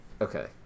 okay